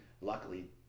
Luckily